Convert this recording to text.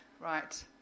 right